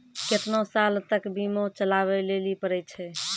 केतना साल तक बीमा चलाबै लेली पड़ै छै?